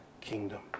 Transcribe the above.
kingdom